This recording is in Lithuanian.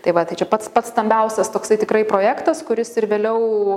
tai va tai čia pats pats stambiausias toksai tikrai projektas kuris ir vėliau